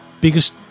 biggest